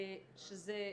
זה נושא,